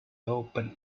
open